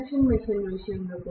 induction machine విషయంలో